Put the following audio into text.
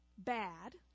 bad